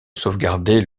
sauvegarder